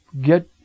get